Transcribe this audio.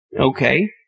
Okay